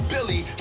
Billy